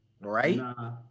Right